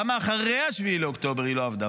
למה אחרי 7 באוקטובר היא לא עבדה?